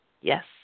Yes